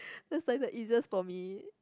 that's like the easiest for me